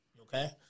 Okay